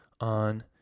on